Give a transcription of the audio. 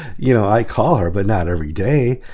you know i call her but not every day.